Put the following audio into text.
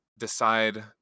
decide